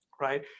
right